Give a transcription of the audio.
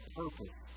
purpose